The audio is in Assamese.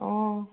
অঁ